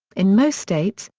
in most states,